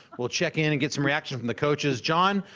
we'll check in and get some reaction from the coaches. john,